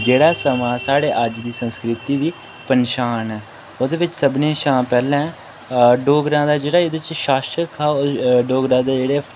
जेह्ड़ा समां साढ़े अज्ज दी संस्कृति दी पंछान ऐ ओह्दे बिच सभनें शा पैह्लें डोगरें दा जेह्ड़ा शाशक हा डोगरा दे जेह्ड़े